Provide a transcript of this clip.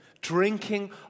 Drinking